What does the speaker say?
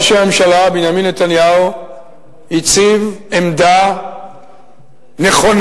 ראש הממשלה בנימין נתניהו הציב עמדה נכונה,